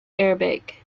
arabic